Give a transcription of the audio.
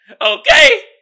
okay